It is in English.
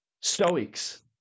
Stoics